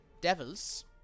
Devils